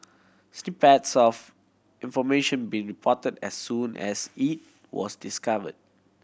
snippets of information being reported as soon as it was discovered